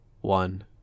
one